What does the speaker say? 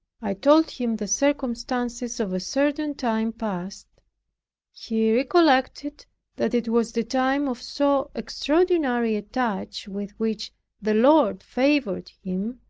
i told him the circumstances of a certain time past he recollected that it was the time of so extraordinary a touch with which the lord favored him,